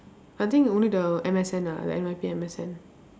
I think only the M_S_N ah like N_Y_P M_S_N